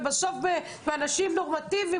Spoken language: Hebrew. ובסוף באנשים נורמטיביים,